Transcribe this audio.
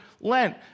Lent